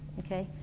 okay?